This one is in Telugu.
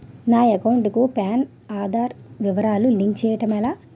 నా అకౌంట్ కు పాన్, ఆధార్ వివరాలు లింక్ చేయటం ఎలా?